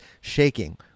shaking